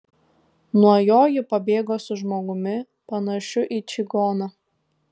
nuo jo ji pabėgo su žmogumi panašiu į čigoną